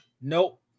Nope